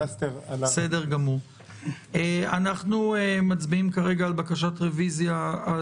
אנחנו מצביעים כרגע על בקשת רביזיה על